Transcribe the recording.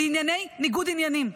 בענייני ניגוד עניינים.